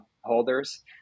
holders